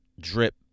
drip